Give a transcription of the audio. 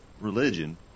religion